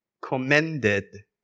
Commended